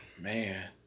Man